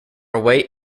away